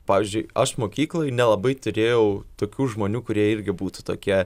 pavyzdžiui aš mokykloj nelabai turėjau tokių žmonių kurie irgi būtų tokie